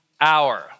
hour